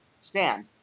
stand